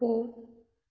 போ